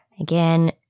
Again